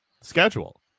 schedule